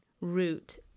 root